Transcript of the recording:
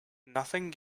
nothing